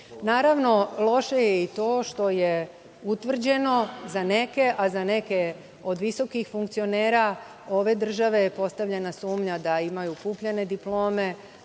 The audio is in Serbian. procenta. Naravno, loše je i to što je utvrđeno za neke, a za neke od visokih funkcionera ove države postavljena je sumnja da imaju kupljene diplome,